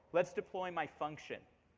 let's tee ploy my function.